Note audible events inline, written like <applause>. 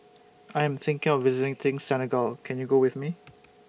<noise> I Am thinking of visiting Sin Senegal Can YOU Go with Me